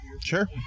sure